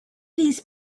these